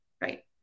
right